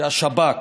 השב"כ,